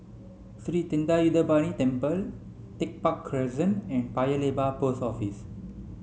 Sri Thendayuthapani Temple Tech Park Crescent and Paya Lebar Post Office